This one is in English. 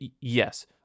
Yes